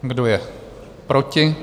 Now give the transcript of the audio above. Kdo je proti?